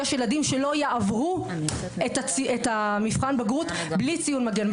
יש ילדים שלא יעברו את מבחן הבגרות בלי ציון מגן,